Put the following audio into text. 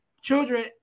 children